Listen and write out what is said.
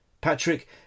Patrick